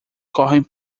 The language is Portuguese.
correm